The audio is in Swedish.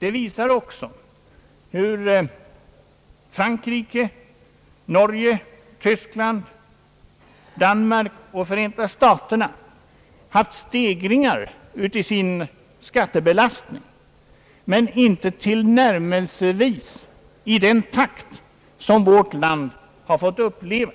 Den visar också hur Frankrike, Norge, Tyskland, Danmark och Förenta staterna har haft stegringar i sin skattebelastning men inte tillnärmelsevis i den takt som vårt land har fått uppleva.